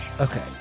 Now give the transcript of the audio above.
Okay